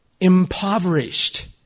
Impoverished